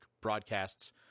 broadcasts